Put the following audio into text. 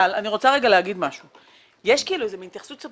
אני רוצה להגיד שיש מין התייחסות קצת